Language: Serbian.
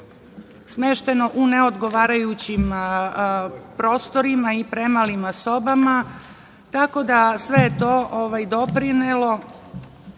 smešteno u neodgovarajućim prostorima i premalim sobama, tako da je sve to doprinelo